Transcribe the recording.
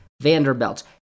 Vanderbilt